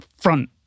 front